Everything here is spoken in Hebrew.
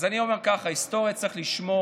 אז אני אומר כך: היסטוריה צריך לשמור,